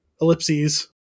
ellipses